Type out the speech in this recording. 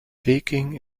peking